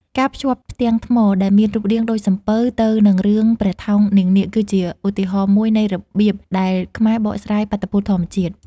ការភ្ជាប់ផ្ទាំងថ្មដែលមានរូបរាងដូចសំពៅទៅនឹងរឿងព្រះថោងនាងនាគ គឺជាឧទាហរណ៍មួយនៃរបៀបដែលខ្មែរបកស្រាយបាតុភូតធម្មជាតិ។